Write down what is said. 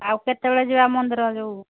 ଆଉ କେତେବେଳେ ଯିବା ମନ୍ଦିର ଯେଉଁ